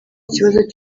ikibazo